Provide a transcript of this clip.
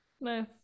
nice